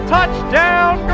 Touchdown